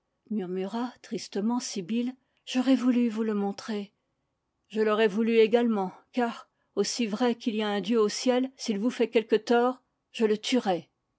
murmura tristement sibyl j'aurais voulu vous le montrer je l'aurais voulu également car aussi vrai qu'il y a un dieu au ciel s'il vous fait quelque tort je le tuerai